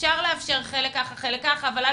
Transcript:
אפשר לאפשר חלק כך וחלק כך אבל אל